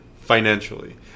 financially